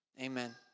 Amen